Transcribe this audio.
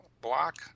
block